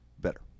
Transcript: better